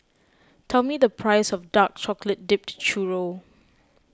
tell me the price of Dark Chocolate Dipped Churro